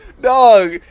Dog